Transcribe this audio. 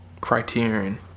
Criterion